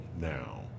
now